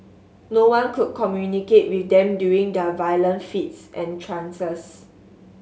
no one could communicate with them during their violent fits and trances